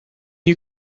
you